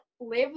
live